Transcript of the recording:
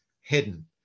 hidden